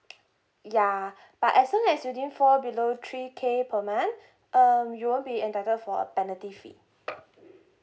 ya but as long as you didn't fall below three K per month um you won't be entitled for a penalty fee